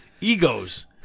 Egos